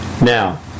Now